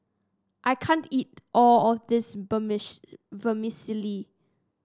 I can't eat all of this Vermicelli